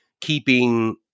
keeping